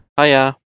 Hiya